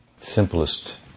simplest